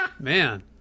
Man